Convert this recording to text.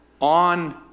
on